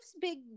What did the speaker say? big